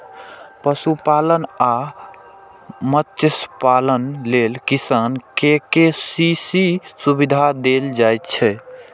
पशुपालन आ मत्स्यपालन लेल किसान कें के.सी.सी सुविधा देल जाइ छै